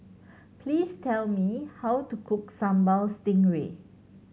please tell me how to cook Sambal Stingray